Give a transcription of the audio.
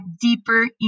deeper